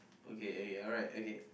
okay okay alright okay